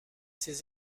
ses